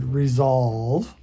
resolve